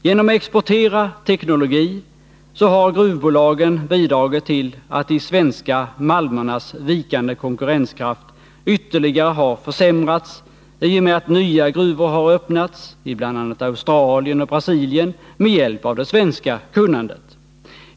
Genom att exportera teknologi har gruvbolagen bidragit till att de svenska malmernas vikande konkurrenskraft ytterligare har försämrats i och med att nya gruvor har öppnats i bl.a. Australien och Brasilien med hjälp av det svenska kunnandet.